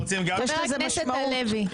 אם